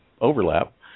overlap